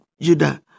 Judah